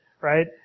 right